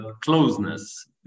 closeness